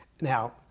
Now